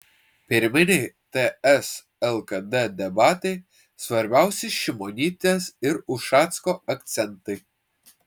pirminiai ts lkd debatai svarbiausi šimonytės ir ušacko akcentai